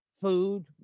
food